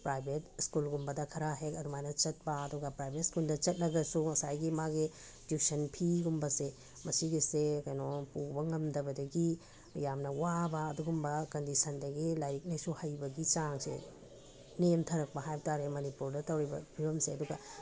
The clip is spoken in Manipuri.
ꯄ꯭ꯔꯥꯏꯕꯦꯠ ꯁ꯭ꯀꯨꯜꯒꯨꯝꯕꯗ ꯈꯔ ꯍꯦꯛ ꯑꯗꯨꯃꯥꯏꯅ ꯆꯠꯄ ꯑꯗꯨꯒ ꯄ꯭ꯔꯥꯏꯕꯦꯠ ꯁ꯭ꯀꯨꯜꯗ ꯆꯠꯂꯒꯁꯨ ꯉꯁꯥꯏꯒꯤ ꯃꯥꯒꯤ ꯇꯨꯏꯁꯟ ꯐꯤꯒꯨꯝꯕꯁꯦ ꯃꯁꯤꯒꯤꯁꯦ ꯀꯩꯅꯣ ꯄꯨꯕ ꯉꯝꯗꯕꯗꯒꯤ ꯌꯥꯝꯅ ꯋꯥꯕ ꯑꯗꯨꯒꯨꯝꯕ ꯀꯟꯗꯤꯁꯟꯗꯒꯤ ꯂꯥꯏꯔꯤꯛ ꯂꯥꯏꯁꯨ ꯍꯩꯕꯒꯤ ꯆꯥꯡꯁꯦ ꯅꯦꯝꯊꯔꯛꯄ ꯍꯥꯏꯕ ꯇꯥꯔꯦ ꯃꯅꯤꯄꯨꯔꯗ ꯇꯧꯔꯤꯕ ꯐꯤꯕꯝꯁꯦ ꯑꯗꯨꯒ